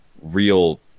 real